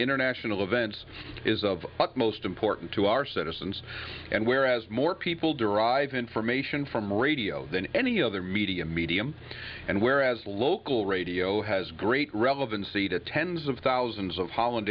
international events is of utmost importance to our citizens and where as more people derive information from radio than any other media medium and whereas local radio has great relevancy to tens of thousands of holland